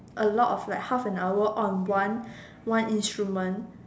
a lot of like half an hour on one one instrument